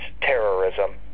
terrorism